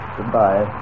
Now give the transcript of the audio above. Goodbye